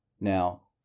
Now